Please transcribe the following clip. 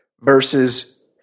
versus